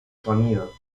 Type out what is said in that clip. sonido